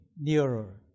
nearer